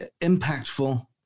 impactful